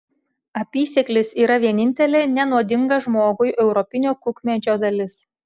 apysėklis yra vienintelė nenuodinga žmogui europinio kukmedžio dalis